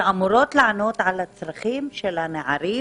שאמורות לענות על הצרכים של הנערים